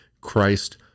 Christ